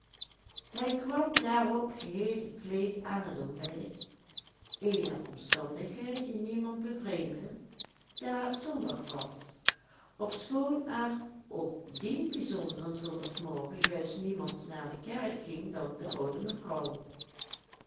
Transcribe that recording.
hij kwam daarop geheel gekleed aan het ontbijt eene omstandigheid die niemand bevreemdde daar het zondag was ofschoon er op dien bijzonderen zondagmorgen juist niemand naar de kerk ging dan de oude mevrouw